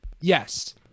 Yes